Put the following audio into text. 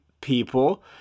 people